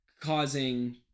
causing